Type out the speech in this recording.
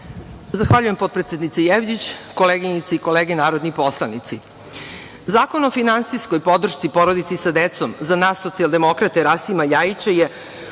Zahvaljujem, potpredsednice Jevđić. Koleginice i kolege narodni poslanici, Zakon o finansijskoj podršci porodici sa decom za nas socijaldemokrate Rasima Ljajića je